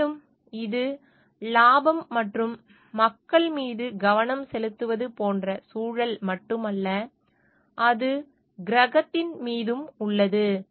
மேலும் இது லாபம் மற்றும் மக்கள் மீது கவனம் செலுத்துவது போன்ற சூழல் மட்டுமல்ல அது கிரகத்தின் மீதும் உள்ளது